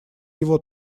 его